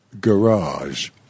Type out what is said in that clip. garage